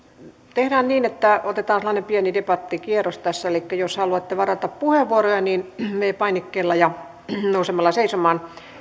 tehdään niin että otetaan sellainen pieni debattikierros tässä elikkä jos haluatte varata puheenvuoroja niin se tehdään viidennellä painikkeella ja nousemalla seisomaan